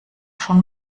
schon